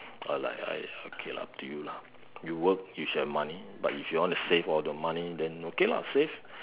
I like !aiya! okay lah up to you lah you work it's your money but if you want to save all the money then okay lah save